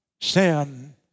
Sin